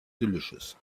delicious